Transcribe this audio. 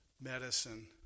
medicine